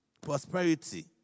prosperity